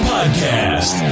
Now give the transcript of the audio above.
Podcast